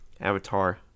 Avatar